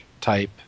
type